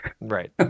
Right